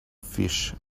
fish